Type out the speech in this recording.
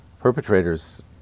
Perpetrators